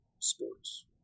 sports